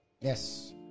Yes